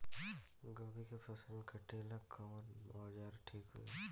गोभी के फसल काटेला कवन औजार ठीक होई?